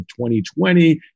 2020